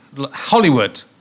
Hollywood